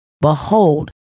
behold